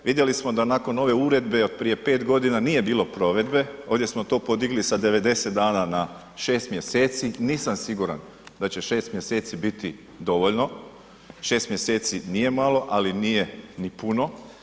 Vidjeli smo da nakon ove uredbe od prije 5 godina nije bilo provedbe, ovdje smo to podigli sa 90 dana na 6 mjeseci, nisam siguran da će 6 mjeseci biti dovoljno, 6 mjeseci nije malo ali nije ni puno.